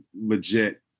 legit